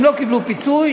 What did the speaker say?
הם לא קיבלו פיצוי,